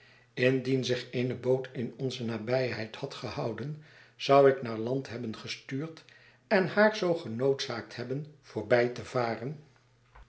indien zich eene boot in onze nabijheid had gehoud'en zou ik naar land hebben gestuurd en haar zoo genoodzaakt hebben voorbij te varen